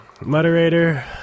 Moderator